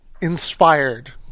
inspired